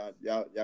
Y'all